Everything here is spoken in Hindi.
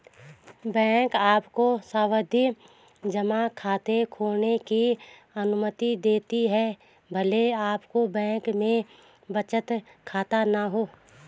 बैंक आपको सावधि जमा खाता खोलने की अनुमति देते हैं भले आपका बैंक में बचत खाता न हो